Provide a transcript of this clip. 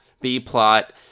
B-plot